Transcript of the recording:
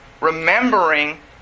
remembering